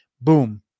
Boom